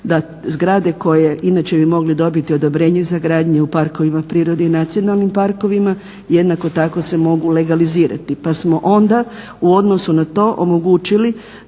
Da zgrade koje inače bi mogli dobiti odobrenje za gradnju u parkovima prirode i nacionalnim parkovima jednako tako se mogu legalizirati. Pa smo onda u odnosu na to omogućili